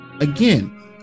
Again